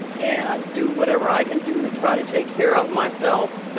and i do whatever i can do to try to take care of myself